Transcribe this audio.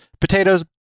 Potatoes